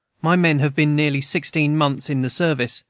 my men have been nearly sixteen months in the service,